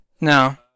No